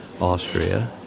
Austria